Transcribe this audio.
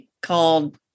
called